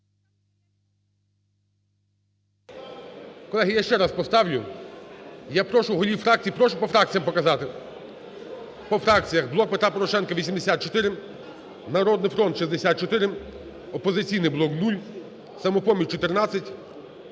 Колеги, я ще раз поставлю. І я прошу голів фракцій, прошу по фракціям показати. По фракціям. "Блок Петра Порошенка" – 84, "Народний фронт" – 64, "Опозиційний блок" – 0, "Самопоміч"